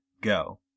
Go